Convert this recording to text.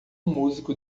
músico